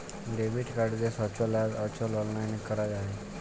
debit কাড়কে সচল আর অচল অললাইলে ক্যরা যায়